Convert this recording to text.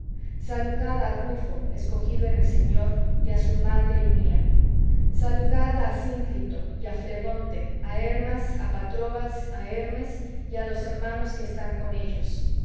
á rufo escogido en el señor y á su madre y mía saludad á asíncrito y á flegonte á hermas á patrobas á hermes y á los hermanos que están con ellos